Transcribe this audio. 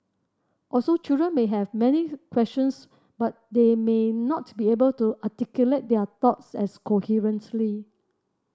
also children may have many questions but they may not be able to articulate their thoughts as coherently